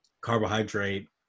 carbohydrate